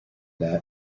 that